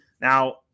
now